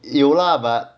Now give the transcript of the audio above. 有 lah but